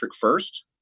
first